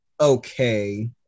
okay